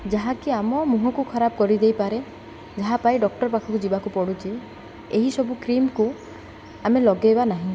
ଯାହାକି ଆମ ମୁହଁକୁ ଖରାପ୍ କରିଦେଇପାରେ ଯାହା ପାଇଁ ଡ଼କ୍ଟର୍ ପାଖକୁ ଯିବାକୁ ପଡ଼ୁଛି ଏହିସବୁ କ୍ରିମ୍କୁ ଆମେ ଲଗେଇବା ନାହିଁ